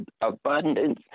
abundance